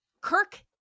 Kirk